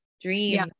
Dream